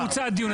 מוצה הדיון,